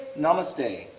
Namaste